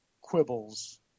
quibbles